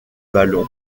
vallon